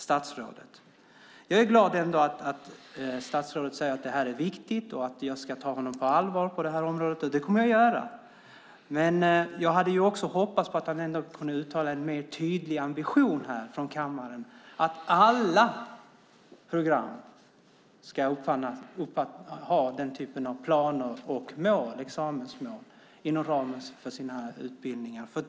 Jag är ändå glad över att statsrådet säger att det här är viktigt och att jag på detta område ska ta honom på allvar. Det kommer jag att göra. Men jag hade också hoppats på att han här i kammaren kunde uttala en tydligare ambition: att alla program ska ha nämnda typ av planer och examensmål inom ramen för sina utbildningar.